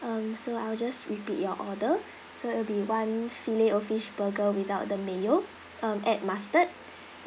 um so I'll just repeat your order so it'll be one fillet O fish burger without the mayo um add mustard